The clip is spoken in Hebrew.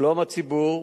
שלום הציבור,